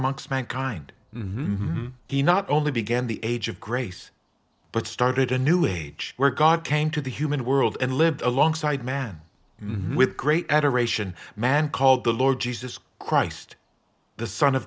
amongst mankind he not only began the age of grace but started a new age where god came to the human world and lived alongside man with great adoration man called the lord jesus christ the son of